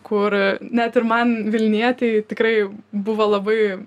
kur net ir man vilnietei tikrai buvo labai